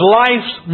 life's